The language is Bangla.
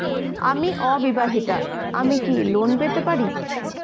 আমি অবিবাহিতা আমি কি লোন পেতে পারি?